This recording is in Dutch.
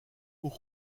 hoe